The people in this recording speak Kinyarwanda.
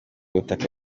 butaka